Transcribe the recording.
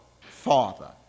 Father